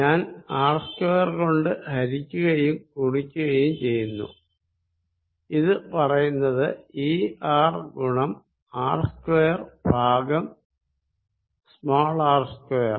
ഞാൻ R square കൊണ്ട് ഹരിക്കുകയും ഗുണിക്കുകയും ചെയ്തു ഇത് ഞാൻ പറയുന്നത് ER ഗുണം R സ്ക്വയർ ഭാഗം r സ്ക്വയർ